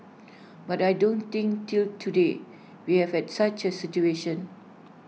but I don't think till today we have had such A situation